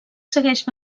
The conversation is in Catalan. segueix